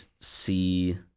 see